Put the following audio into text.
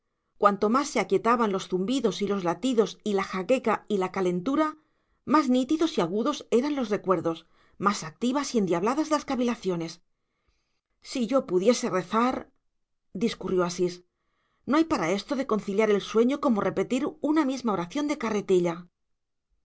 cuanto más se aquietaban los zumbidos y los latidos y la jaqueca y la calentura más nítidos y agudos eran los recuerdos más activas y endiabladas las cavilaciones si yo pudiese rezar discurrió asís no hay para esto de conciliar el sueño como repetir una misma oración de carretilla